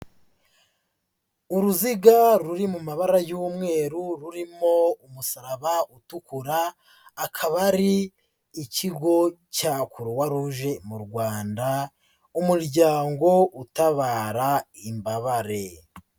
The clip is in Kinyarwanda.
Uruziga ruri mu mabara y'umweru, rurimo umusaraba utukura, akaba ari ikigo cya Croix Rouge mu Rwanda, umuryango utabara imbabare.